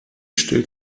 stellt